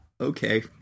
Okay